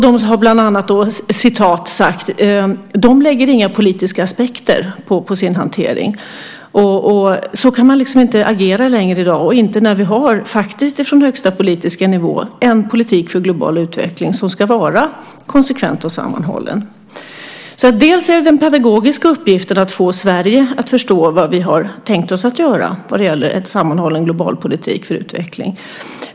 De har bland annat sagt att de inte lägger några politiska aspekter på sin hantering. Så kan man inte agera längre i dag. Vi har ju faktiskt från högsta politiska nivå en politik för global utveckling som ska vara konsekvent och sammanhållen. Det handlar om den pedagogiska uppgiften att få Sverige att förstå vad vi har tänkt oss att göra vad gäller en sammanhållen global politik för utveckling.